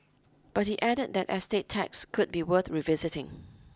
but he added that estate tax could be worth revisiting